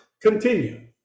continue